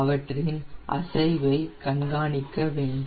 அவற்றின் அசைவை கண்காணிக்க வேண்டும்